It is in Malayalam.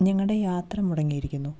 ഞങ്ങളുടെ യാത്ര മുടങ്ങിയിരിക്കുന്നു